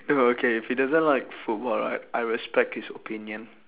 okay if he doesn't like football right I respect his opinion